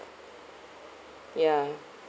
ya